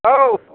औ